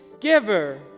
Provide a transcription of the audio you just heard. giver